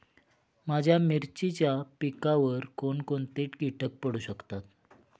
माझ्या मिरचीच्या पिकावर कोण कोणते कीटक पडू शकतात?